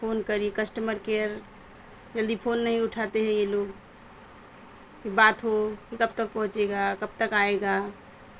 phone کری customer care جلدی phone نہیں اٹھاتے ہیں یہ لوگ کہ بات ہو کہ کب تک پہنچے گا کب تک آئے گا